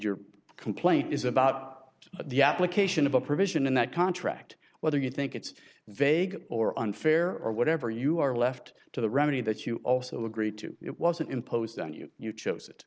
your complaint is about the application of a provision in that contract whether you think it's vague or unfair or whatever you are left to the remedy that you also agreed to it wasn't imposed on you you chose it